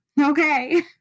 okay